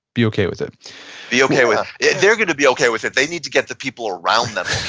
be okay with it be okay with it. they're going to be okay with it. they need to get the people around them